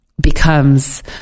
becomes